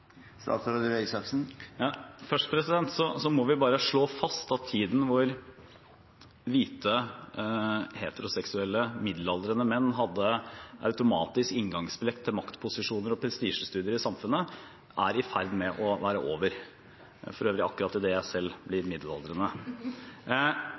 Først må vi bare slå fast at tiden hvor hvite, heteroseksuelle, middelaldrende menn hadde automatisk inngangsbillett til maktposisjoner og prestisjestudier i samfunnet, er i ferd med å gå over – for øvrig akkurat idet jeg selv blir